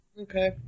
Okay